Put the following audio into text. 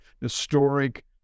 historic